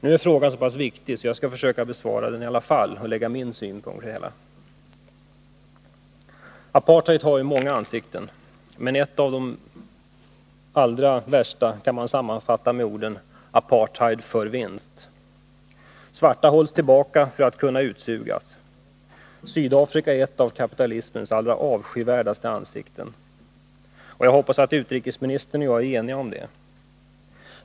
Frågan är dock så pass viktig att jag i alla fall skall försöka att redogöra för min syn på det hela. Apartheid har många ansikten, men ett av de allra värsta kan man sammanfatta med orden Apartheid för vinst. Svarta hålls tillbaka för att man skall kunna utsuga dem. Sydafrika är ett av kapitalismens allra avskyvärdaste ansikten. Jag hoppas att utrikesministern och jag är eniga om det.